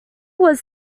was